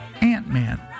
Ant-Man